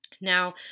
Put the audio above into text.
Now